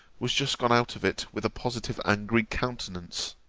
was just gone out of it with a positive angry countenance.